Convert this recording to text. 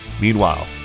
Meanwhile